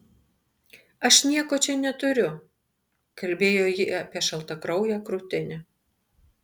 aš nieko čia neturiu kalbėjo ji apie šaltakrauję krūtinę